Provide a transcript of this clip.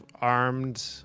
armed